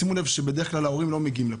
שימו לב שבדרך כלל ההורים לא מגיעים לפה,